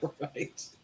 Right